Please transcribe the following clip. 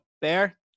Bear